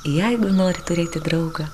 jeigu nori turėti draugą